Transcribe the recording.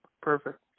Perfect